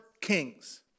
kings